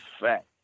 fact